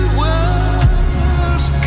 world's